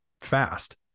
fast